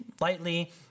lightly